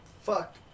Fuck